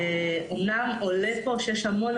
אומנם עולה פה שיש המון,